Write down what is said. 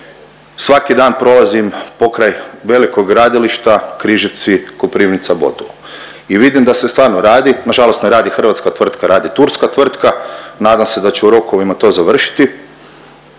Svaki dan prolazim pokraj velikog gradilišta Križevci-Koprivnica-Botovo i vidim da se stvarno radi, nažalost ne radi hrvatska tvrtka radi turska tvrtka, nadam se da će u rokovima to završiti.